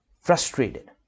frustrated